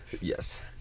yes